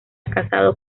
casado